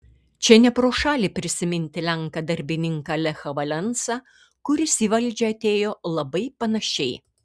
čia ne pro šalį prisiminti lenką darbininką lechą valensą kuris į valdžią atėjo labai panašiai